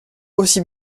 aussi